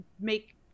make